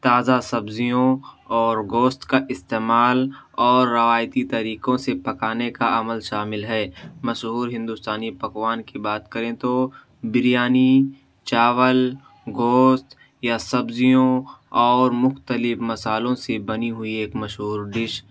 تازہ سبزیوں اور گوشت کا استعمال اور روایتی طریقوں سے پکانے کا عمل شامل ہے مشہور ہندوستانی پکوان کی بات کریں تو بریانی چاول گوشت یا سبزیوں اور مختلف مصالحوں سے بنی ہوئی ایک مشہور ڈش